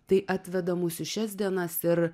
tai atveda mus į šias dienas ir